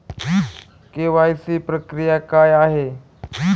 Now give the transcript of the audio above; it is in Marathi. के.वाय.सी प्रक्रिया काय आहे?